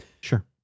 Sure